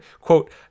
quote